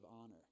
honor